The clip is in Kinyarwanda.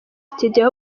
studio